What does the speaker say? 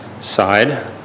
side